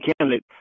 candidate